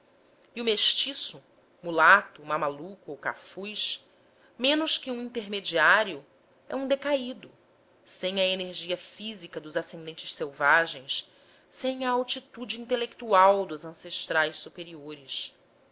e o mestiço mulato mameluco ou cafuz menos que um intermediário é um decaído sem a energia física dos ascendentes selvagens sem a altitude intelectual dos ancestrais superiores